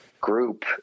group